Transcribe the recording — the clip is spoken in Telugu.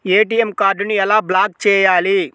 ఏ.టీ.ఎం కార్డుని ఎలా బ్లాక్ చేయాలి?